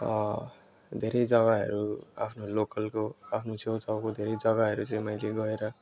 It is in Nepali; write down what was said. धेरै जग्गाहरू आफ्नो लोकलको आफ्नो छेउछाउको जग्गाहरू चाहिँ मैले गएर